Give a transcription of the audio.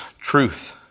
truth